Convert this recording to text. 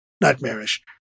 nightmarish